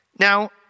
Now